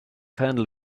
handled